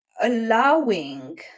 allowing